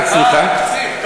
התקציב.